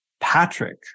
Patrick